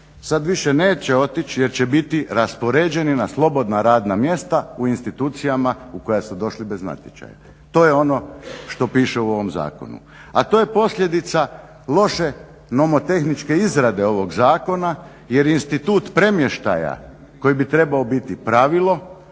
sada više neće otići jer će biti raspoređeni na slobodna radna mjesta u institucijama u koja su došli bez natječaja. To je ono što piše u ovom zakonu. A to je posljedica loše nomotehničke izrade ovog zakona jer institut premještaja koje bi trebalo biti pravilo